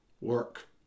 work